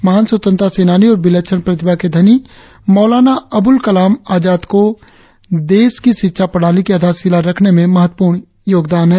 महान स्वतंत्रता सेनानी और विलक्षण प्रतिभा के धनी मौलाना अब्रुल कलाम आजाद का देश की शिक्षा प्रणाली की आधारशिला रखने में महत्वपूर्ण योगदान है